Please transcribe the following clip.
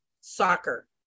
soccer